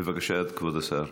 בבקשה, כבוד השר.